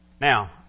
Now